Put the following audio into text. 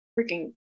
freaking